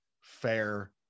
fair